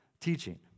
teaching